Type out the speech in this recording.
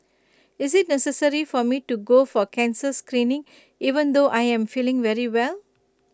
is IT necessary for me to go for cancer screening even though I am feeling very well